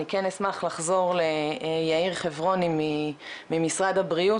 אני כן אשמח לחזור ליאיר חברוני ממשרד הבריאות,